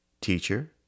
Teacher